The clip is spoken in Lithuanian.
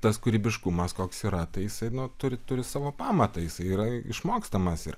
tas kūrybiškumas koks yra tai jisai nu turi turi savo pamatą jis yra išmokstamas ir